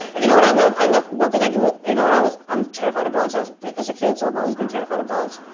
you know what i love? i love, one thing i do you know and i was, i'm terrified of dogs. i was bit as a kid so i've always been terrified of dogs.